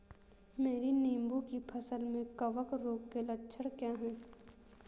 मेरी नींबू की फसल में कवक रोग के लक्षण क्या है?